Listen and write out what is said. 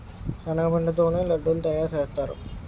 శనగపిండి తోనే లడ్డూలు తయారుసేత్తారు